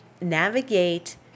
navigate